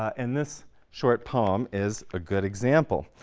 and this short poem is a good example.